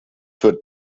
wird